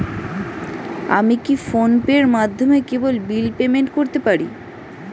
আমি কি ফোন পের মাধ্যমে কেবল বিল পেমেন্ট করতে পারি?